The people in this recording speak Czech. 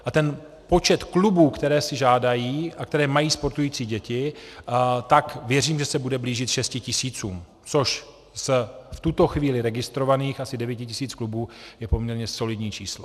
A počet klubů, které si žádají a které mají sportující děti, tak věřím, že se bude blížit šesti tisícům, což v tuto chvíli z registrovaných asi devíti tisíc klubů je poměrně solidní číslo.